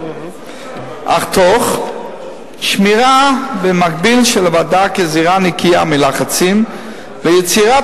אך תוך שמירה של הוועדה כזירה נקייה מלחצים ויצירת